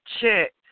check